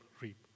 reap